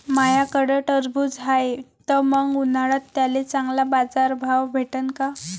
माह्याकडं टरबूज हाये त मंग उन्हाळ्यात त्याले चांगला बाजार भाव भेटन का?